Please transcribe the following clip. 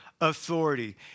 authority